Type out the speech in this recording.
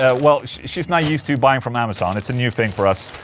ah well, she's not used to buying from amazon, it's a new thing for us